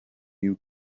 you